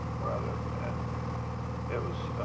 where i live, and it was,